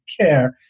care